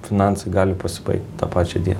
finansai gali pasibaigt tą pačią dieną